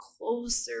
closer